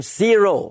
zero